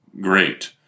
Great